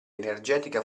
energetica